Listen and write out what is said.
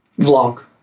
vlog